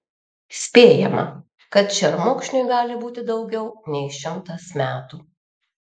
spėjama kad šermukšniui gali būti daugiau nei šimtas metų